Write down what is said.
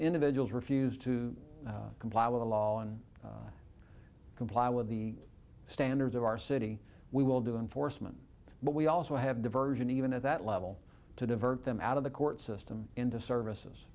individuals refuse to comply with the law and comply with the standards of our city we will do enforcement but we also have diversion even at that level to divert them out of the court system into service